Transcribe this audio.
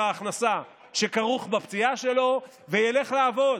ההכנסה שכרוך בפציעה שלו וילך לעבוד,